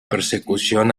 persecución